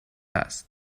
است